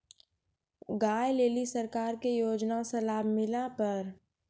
गाय ले ली सरकार के योजना से लाभ मिला पर?